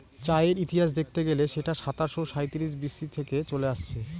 চায়ের ইতিহাস দেখতে গেলে সেটা সাতাশো সাঁইত্রিশ বি.সি থেকে চলে আসছে